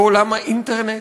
בעולם האינטרנט,